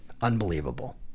unbelievable